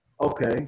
okay